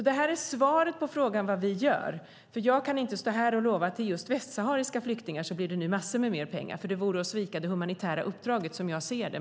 Det är svaret på frågan vad vi gör. Jag kan inte stå här och lova att det just för västsahariska flyktningar blir massor med mer pengar, för det vore, som jag ser det, att svika det humanitär uppdraget.